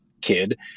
kid